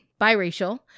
biracial